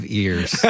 ears